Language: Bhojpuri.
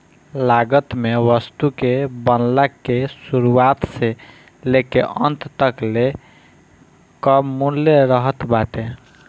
लागत में वस्तु के बनला के शुरुआत से लेके अंत तकले कअ मूल्य रहत बाटे